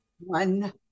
One